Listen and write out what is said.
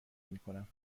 میکنم